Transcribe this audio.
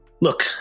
look